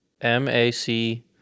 M-A-C